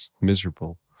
miserable